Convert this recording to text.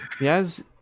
yes